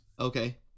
okay